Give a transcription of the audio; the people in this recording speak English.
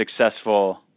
successful